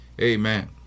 amen